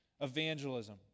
Evangelism